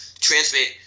Transmit